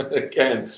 again,